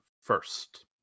first